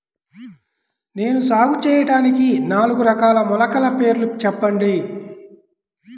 నేను సాగు చేయటానికి నాలుగు రకాల మొలకల పేర్లు చెప్పండి?